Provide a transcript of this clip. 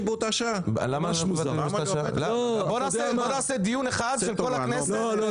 ----- בוא נעשה דיון אחד של כול הכנסת -- לא,